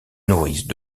nourrissent